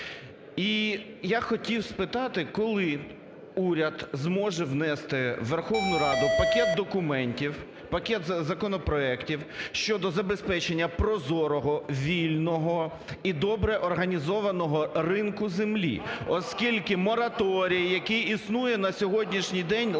І я хотів спитати, коли уряд зможе внести у Верховну Раду пакет документів, пакет законопроектів щодо забезпечення прозорого, вільного і добре організованого ринку землі. Оскільки мораторій, який існує на сьогоднішній день лише